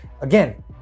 again